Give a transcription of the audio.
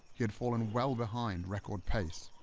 he had fallen well behind record pace.